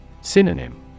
Synonym